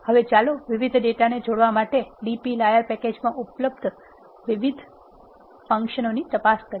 હવે ચાલો વિવિધ ડેટાને જોડવા માટે dplyr પેકેજમાં ઉપલબ્ધ વિવિધ ફંક્શનો ની તપાસ કરીએ